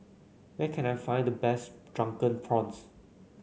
where can I find the best Drunken Prawns